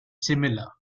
similar